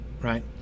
right